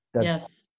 Yes